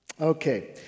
Okay